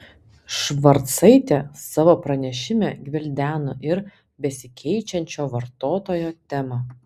švarcaitė savo pranešime gvildeno ir besikeičiančio vartotojo temą